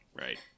Right